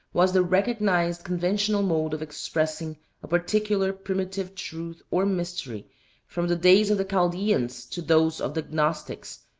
was the recognized conventional mode of expressing a particular primitive truth or mystery from the days of the chaldeans to those of the gnostics,